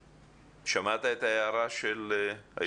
שמעת את ההערה של היועצת המשפטית?